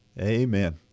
Amen